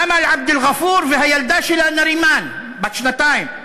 אמל עבד-אלע'פור, והילדה שלה נרימאן, בת שנתיים.